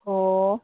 ꯑꯣ